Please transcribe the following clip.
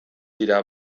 dira